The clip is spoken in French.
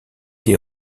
des